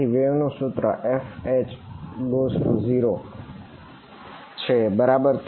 તેથી વેવ નું સૂત્ર FH0 છે બરાબર